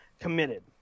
committed